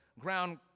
ground